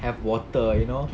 have water you know